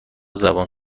زبان